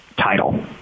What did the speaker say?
title